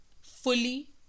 Fully